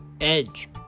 Edge